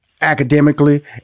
academically